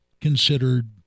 considered